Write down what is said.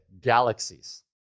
galaxies